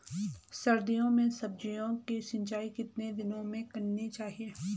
सर्दियों में सब्जियों की सिंचाई कितने दिनों में करनी चाहिए?